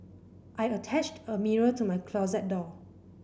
I attached a mirror to my closet door